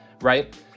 right